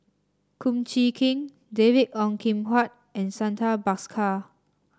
Kum Chee Kin David Ong Kim Huat and Santha Bhaskar